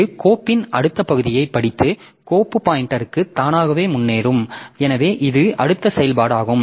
இது கோப்பின் அடுத்த பகுதியைப் படித்து கோப்பு பாய்ன்டெர்க்கு தானாகவே முன்னேறும் எனவே இது அடுத்த செயல்பாடாகும்